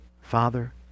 Father